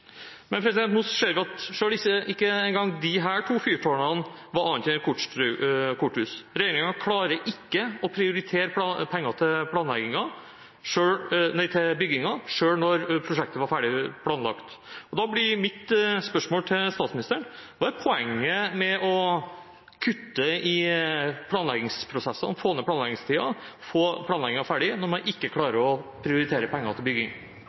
Nå ser vi at selv ikke disse to fyrtårnene var annet enn korthus. Regjeringen klarer ikke å prioritere penger til byggingen, selv når prosjektet var ferdig planlagt. Da blir mitt spørsmål til statsministeren: Hva er poenget med å kutte i planleggingsprosessene, få ned planleggingstiden, få planleggingen ferdig, når man ikke klarer å prioritere penger til bygging?